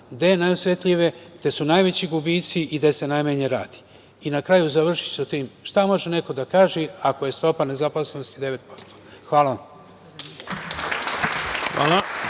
gde je najosetljivije, gde su najveći gubici i gde se najmanje radi? Na kraju, završiću sa tim, šta može neko da kaže ako je stopa nezaposlenosti 9%? Hvala vam.